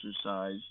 exercise